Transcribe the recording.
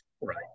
Right